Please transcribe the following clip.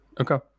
Okay